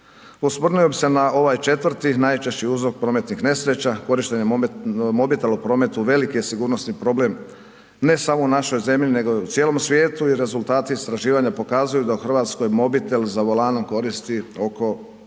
Osvrnuo bih se na ovaj 4., najčešći uzrok prometnih nesreća, korištenje mobitela u prometu, veliki je sigurnosni problem, ne samo u našoj zemlji nego i cijelom svijetu i rezultati istraživanja pokazuju da u Hrvatskoj mobitel za volanom koristi oko 90%